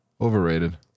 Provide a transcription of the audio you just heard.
Overrated